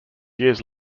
years